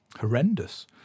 horrendous